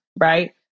right